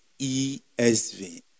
ESV